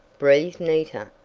breathed nita.